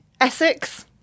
Essex